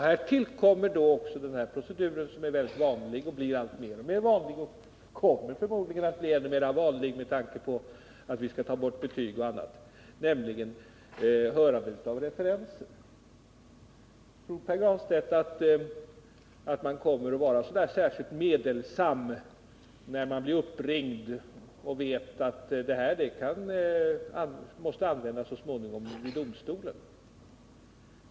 Här tillkommer den procedur som är mycket vanlig och förmodligen kommer att bli än mer vanlig med tanke på att vi skall ta bort betyg, nämligen hörandet av referenser. Tror Pär Granstedt att man kommer att bli särskilt meddelsam då man blir uppringd och vet att det man då säger så småningom kan komma att användas vid domstolen?